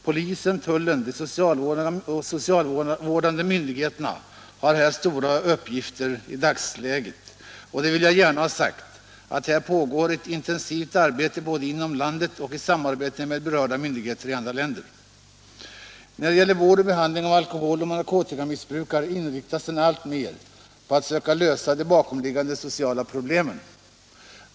Polisen, tullen och de socialvårdande myndigheterna har här stora uppgifter i dagsläget. Jag vill gärna ha sagt att det pågår ett intensivt arbete både inom landet och i samarbete med berörda myndigheter i andra länder. När det gäller vård och behandling av alkoholoch narkotikamiss brukare inriktar man sig alltmer på att söka lösa de bakomliggande sociala problemen.